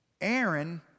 Aaron